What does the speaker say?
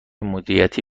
مدیریتی